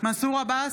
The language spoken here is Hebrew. מנסור עבאס,